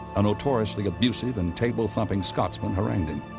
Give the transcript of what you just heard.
a notoriously abusive and table-thumping scotsman, harangued him.